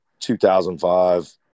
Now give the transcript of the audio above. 2005